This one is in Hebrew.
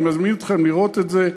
אני מזמין אתכם לראות את זה.